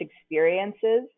experiences